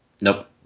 Nope